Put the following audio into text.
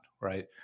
Right